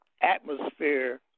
atmosphere